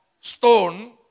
stone